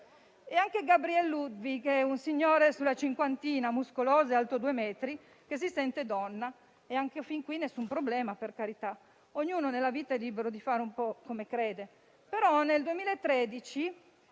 anche a Gabrielle Ludwig, un signore sulla cinquantina, muscoloso e alto due metri, che si sente donna. E fin qui nessun problema, per carità: ognuno nella vita è libero di fare un po' come crede. Tuttavia, dal 2013,